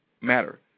matter